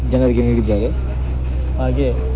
ಜನರಿಗೆ ನೀಡಿದ್ದಾರೆ ಹಾಗೇ